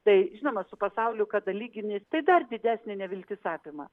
tai žinoma su pasauliu kada lygini tai dar didesnė neviltis apima